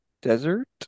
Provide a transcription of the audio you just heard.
desert